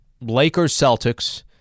Lakers-Celtics